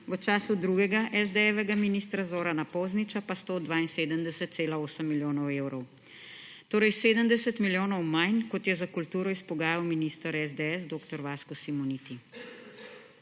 v času drugega SD-jevega ministra Zorana Pozniča pa 172,8 milijonov evrov. Torej 70 milijonov manj kot je za kulturo izpogajal minister SDS dr. Vasko Simoniti.